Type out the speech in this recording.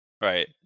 Right